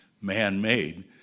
man-made